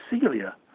Celia